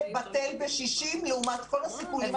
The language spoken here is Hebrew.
בטל ב-60 לעומת כל הסיכונים האחרים.